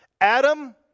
Adam